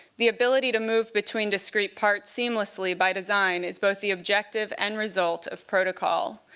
the ability to move between discrete parts seamlessly by design is both the objective and result of protocol.